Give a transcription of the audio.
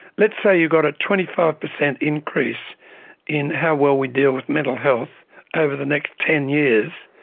let's say you got a twenty five percent increase in how well we deal with mental health over the next ten years.